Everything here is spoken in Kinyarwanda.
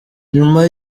nyuma